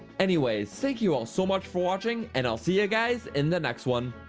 anyways, thank you all so much for watching, and ill see ya guys in the next one!